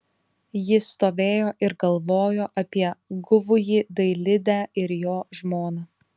ji stovėjo ir galvojo apie guvųjį dailidę ir jo žmoną